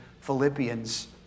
Philippians